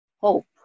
hope